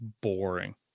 boring